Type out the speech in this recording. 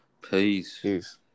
Peace